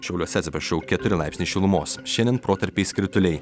šiauliuose atsiprašau keturi laipsniai šilumos šiandien protarpiais krituliai